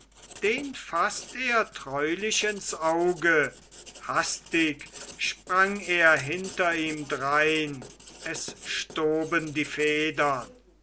den faßt er treulich ins auge hastig sprang er hinter ihm drein es stoben die federn